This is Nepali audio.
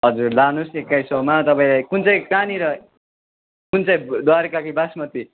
हजुर लानु होस् एक्काइस सयमा तपाईँलाई कुन चाहिँ कहाँनिर कुन चाहिँ द्वारिका कि बासमती